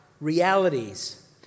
realities